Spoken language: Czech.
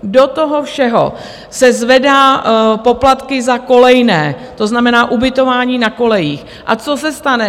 Do toho všeho se zvedají poplatky za kolejné, to znamená ubytování na kolejích, a co se stane?